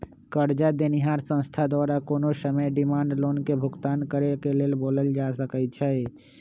करजा देनिहार संस्था द्वारा कोनो समय डिमांड लोन के भुगतान करेक लेल बोलायल जा सकइ छइ